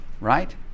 right